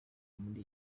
muri